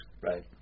Right